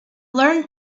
learned